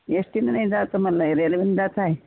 S टीनं नाही जायचं मला रेल्वेनं जायचं आहे